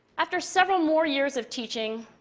after several more years of teaching,